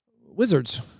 Wizards